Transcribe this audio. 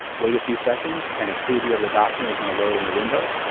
wait a few seconds and a preview of the document is going load in the window.